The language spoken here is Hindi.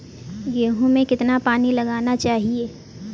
गेहूँ में कितना पानी लगाना चाहिए?